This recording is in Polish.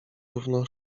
równo